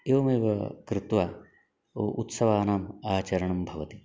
एवमेव कृत्वा उत उत्सवानाम् आचरणं भवति